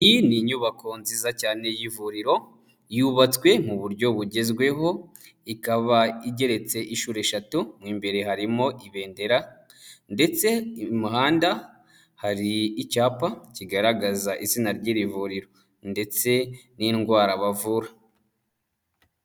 Iyi ni inyubako nziza cyane y'ivuriro, yubatswe mu buryo bugezweho, ikaba igeretse inshuro eshatu, mu imbere harimo ibendera, ndetse i muhanda hari icyapa kigaragaza izina ry'iri vuriro, ndetse n'indwara bavura.